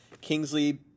Kingsley